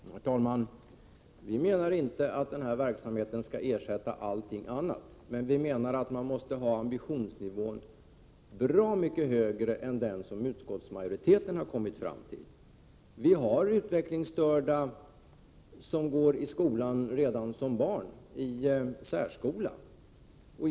Herr talman! Vi menar inte att denna verksamhet skall ersätta allting annat, men vi menar att man måste ha ambitionsnivån bra mycket högre än den som utskottsmajoriteten har kommit fram till. Vi har utvecklingsstörda som redan som barn går i särskola.